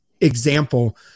example